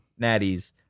Natties